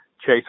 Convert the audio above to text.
chase